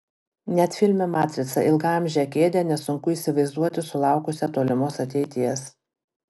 net filme matrica ilgaamžę kėdę nesunku įsivaizduoti sulaukusią tolimos ateities